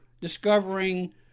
discovering